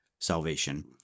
salvation